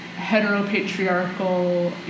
heteropatriarchal